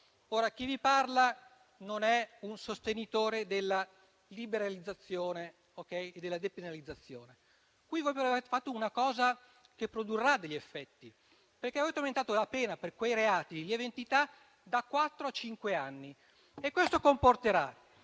Chi vi parla non è un sostenitore della liberalizzazione e della depenalizzazione: qui però voi avete fatto una cosa che produrrà degli effetti, perché avete aumentato la pena per quei reati di lieve entità da quattro a cinque anni e questo comporterà